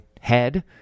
head